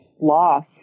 loss